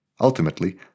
Ultimately